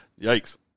Yikes